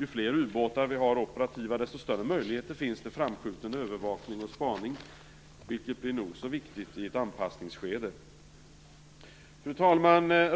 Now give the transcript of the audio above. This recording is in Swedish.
Ju fler operativa ubåtar som finns, desto större är möjligheterna till framskjuten övervakning och spaning, vilket blir nog så viktigt i ett anpassningsskede. Fru talman!